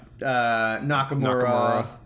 Nakamura